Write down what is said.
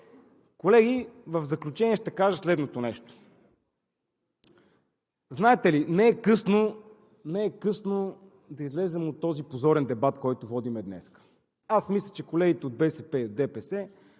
Колеги, в заключение ще кажа следното нещо. Знаете ли, не е късно да излезем от този позорен дебат, който водим днес? Аз мисля, че колегите от БСП и от